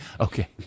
Okay